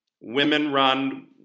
women-run